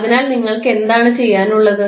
അതിനാൽ നിങ്ങൾക്ക് എന്താണ് ചെയ്യാനുള്ളത്